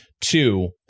Two